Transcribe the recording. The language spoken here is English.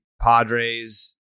Padres